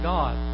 God